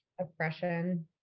oppression